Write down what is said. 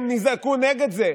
הם נזעקו נגד זה,